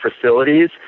facilities